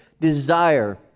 desire